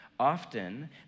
Often